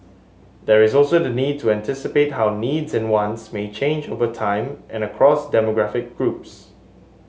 there is also the need to anticipate how needs and wants may change over time and across demographic groups